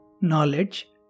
knowledge